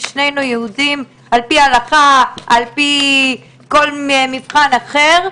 שנינו יהודיים על פי ההלכה ועל פי כל מבחן אחר,